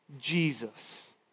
Jesus